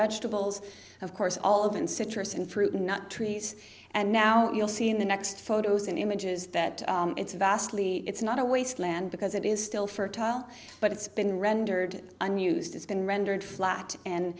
vegetables of course all of and citrus and fruit and nut trees and now you'll see in the next photos and images that it's vastly it's not a wasteland because it is still fertile but it's been rendered unused it's been rendered flat and